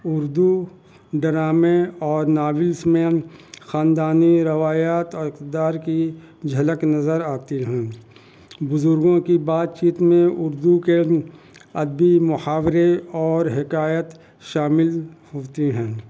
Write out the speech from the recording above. اردو ڈرامے اور ناولس میں خاندانی روایات اور اقتدار کی جھلک نظر آتی ہیں بزرگوں کی بات چیت میں اردو کے ادبی محاورے اور حکایت شامل ہوتی ہیں